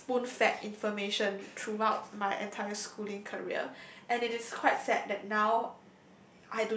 being spoon fed informative throughout my entire schooling career and it is quite sad that now